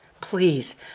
Please